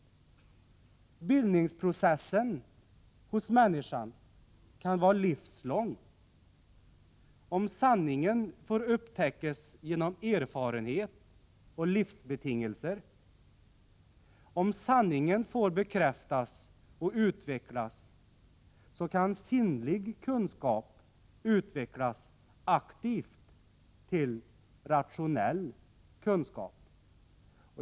Bildningsprocessen hos människan kan vara livslång, om sanningen får upptäckas genom erfarenhet och livsbetingelser. Om sanningen får bekräftas och utvecklas, så kan sinnlig kunskap utvecklas aktivt till rationell kunskap.